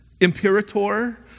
imperator